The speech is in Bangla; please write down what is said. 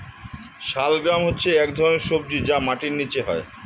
শালগ্রাম হচ্ছে এক ধরনের সবজি যা মাটির নিচে হয়